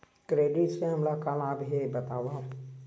Credit से हमला का लाभ हे बतावव?